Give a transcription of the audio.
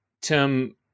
Tim